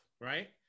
right